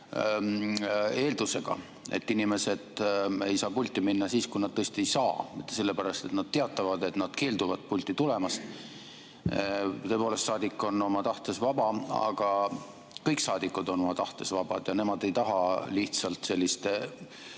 eeldusega, et inimesed ei lähe pulti siis, kui nad tõesti ei saa minna, mitte sellepärast, et nad teatavad, et nad keelduvad pulti minemast. Tõepoolest, saadik on oma tahtes vaba. Aga kõik saadikud on oma tahtes vabad ja teised ei taha lihtsalt selliste